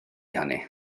hynny